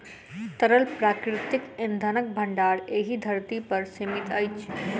तरल प्राकृतिक इंधनक भंडार एहि धरती पर सीमित अछि